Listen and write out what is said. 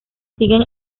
siguen